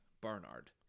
Barnard